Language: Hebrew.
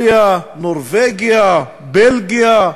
שוויצריה, נורבגיה, בלגיה,